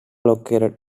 located